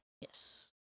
Yes